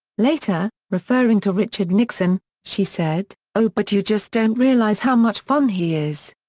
later, referring to richard nixon, she said, oh but you just don't realize how much fun he is!